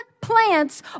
plants